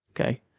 okay